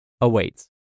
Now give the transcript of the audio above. awaits